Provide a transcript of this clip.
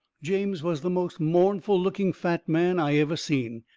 james was the most mournful-looking fat man i ever seen,